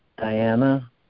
Diana